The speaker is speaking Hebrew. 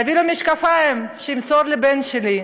להביא לו את המשקפיים, שימסור לבן שלי.